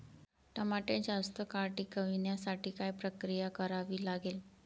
टमाटे जास्त काळ टिकवण्यासाठी काय प्रक्रिया करावी लागेल?